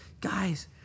Guys